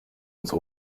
ins